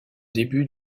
début